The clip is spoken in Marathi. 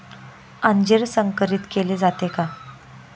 अंजीर संकरित केले जाते का?